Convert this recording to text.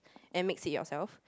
and mix it yourself